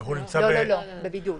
לא, לא, לא, בבידוד.